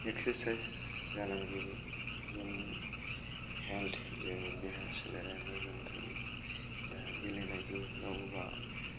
exercise जालांजोबो जोंनि health जोंनि देहा सोलेरा मोजां थायो दा गेलेनायखौ रावबो